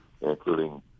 including